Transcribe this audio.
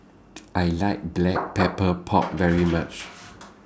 I like Black Pepper Pork very much